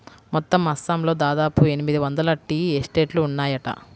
మొత్తం అస్సాంలో దాదాపు ఎనిమిది వందల టీ ఎస్టేట్లు ఉన్నాయట